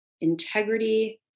integrity